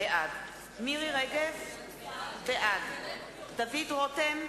בעד מירי רגב, בעד דוד רותם,